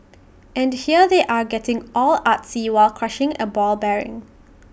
and here they are getting all artsy while crushing A ball bearing